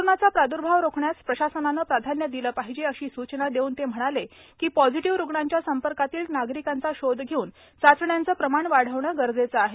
कोरोनाचा प्रादुर्भाव रोखण्यास प्रशासनाने प्राधान्य दिले पाहिजे अशी सूचना देऊन ते म्हणाले की पॉझिटिव्ह रुग्णांच्या संपर्कातील नागरिकांचा शोध घेऊन चाचण्यांचे प्रमाण वाढविणे गरजेचे आहे